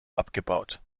abgebaut